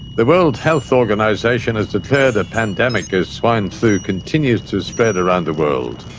the world health organisation has declared a pandemic as swine flu continues to spread around the world.